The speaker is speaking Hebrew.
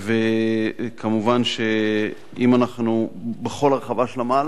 כמובן שבכל הרחבה של המהלך